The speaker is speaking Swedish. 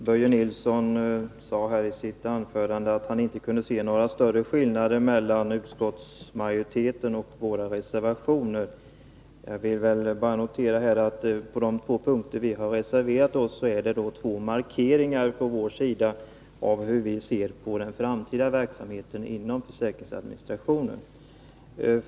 Herr talman! Börje Nilsson sade i sitt anförande att han inte kunde se några större skillnader mellan utskottsmajoritetens ställningstagande och våra reservationer. På de två punkter där vi har reserverat oss har vi gjort två markeringar av hur vi ser på den framtida verksamheten inom försäkringsadministrationen.